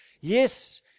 Yes